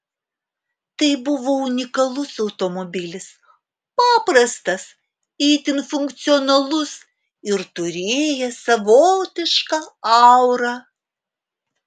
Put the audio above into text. tai buvo unikalus automobilis paprastas itin funkcionalus ir turėjęs savotišką aurą